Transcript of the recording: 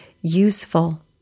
useful